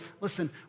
listen